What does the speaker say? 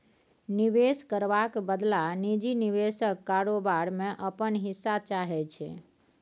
निबेश करबाक बदला निजी निबेशक कारोबार मे अपन हिस्सा चाहै छै